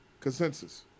Consensus